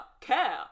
care